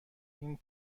این